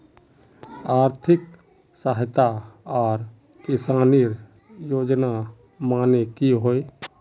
आर्थिक सहायता आर किसानेर योजना माने की होय?